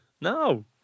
No